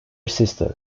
sister